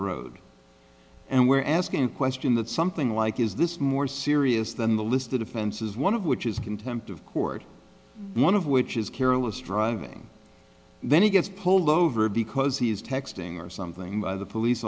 road and we're asking the question that something like is this more serious than the listed offenses one of which is contempt of court one of which is careless driving then he gets pulled over because he is texting or something by the police